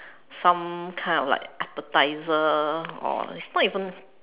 some kind of like appetizer or like it's not even